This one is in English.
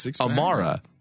Amara